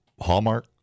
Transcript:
Hallmark